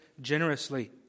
generously